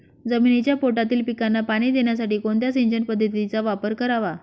जमिनीच्या पोटातील पिकांना पाणी देण्यासाठी कोणत्या सिंचन पद्धतीचा वापर करावा?